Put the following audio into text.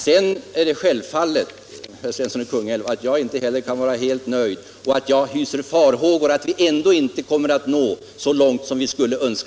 Sedan är det självklart, herr Svensson i Kungälv, att inte heller jag kan vara helt nöjd och att jag hyser farhågor för att vi med dessa åtgärder ändå inte kommer att nå så långt som vi skulle önska.